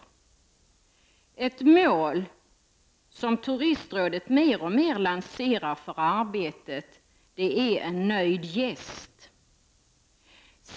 Ett mål som Turistrådet mer och mer lanserar för arbetet är ”en nöjd gäst”.